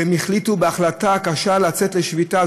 והם החליטו בהחלטה קשה לצאת לשביתה.